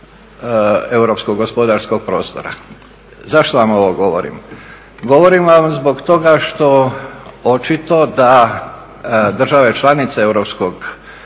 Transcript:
europskog gospodarskog prostora. Zašto vam ovo govorim? Govorim vam zbog toga što očito da države članice europskog gospodarskog prostora,